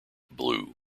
blue